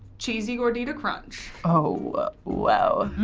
cheesy gordita crunch. oh wow.